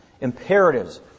imperatives